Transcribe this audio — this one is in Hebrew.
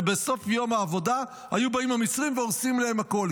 ובסוף יום העבודה היו באים המצרים והורסים להם הכול,